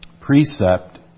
precept